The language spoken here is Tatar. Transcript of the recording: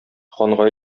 ханга